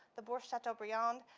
the bohr chateaubriand,